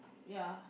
ya